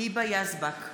היבה יזבק,